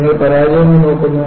നിങ്ങൾ പരാജയങ്ങൾ നോക്കുന്നു